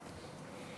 נמנעים.